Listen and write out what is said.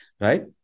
right